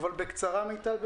בקצרה מיטל.